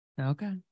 Okay